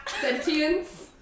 sentience